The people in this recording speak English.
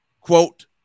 Quote